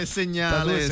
segnale